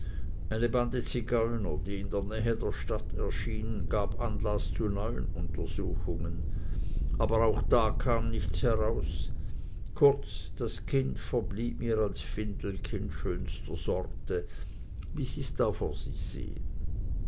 die in der nähe der stadt erschien gab anlaß zu neuen untersuchungen aber auch da kam nichts heraus kurz das kind verblieb mir als findelkind schönster sorte wie sie's da vor sich sehen